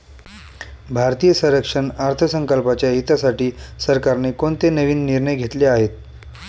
भारतीय संरक्षण अर्थसंकल्पाच्या हितासाठी सरकारने कोणते नवीन निर्णय घेतले आहेत?